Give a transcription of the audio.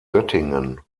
göttingen